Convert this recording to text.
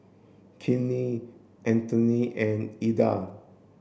Kinte Antone and Ilda